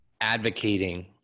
advocating